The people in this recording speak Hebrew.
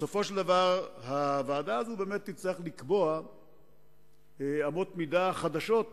בסופו של דבר הוועדה הזו תצטרך לקבוע אמות מידה חדשות,